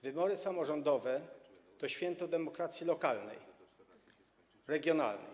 Wybory samorządowe to święto demokracji lokalnej, regionalnej.